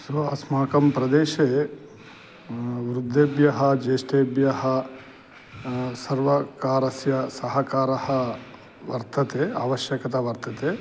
स्रो अस्माकं प्रदेशे वृद्धेभ्यः ज्येष्ठेभ्यः सर्वकारस्य सहकारः वर्तते आवश्यकता वर्तते